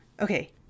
Okay